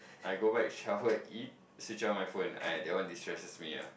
I go back shower eat switch on my phone ah that one distresses me ah